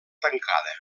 tancada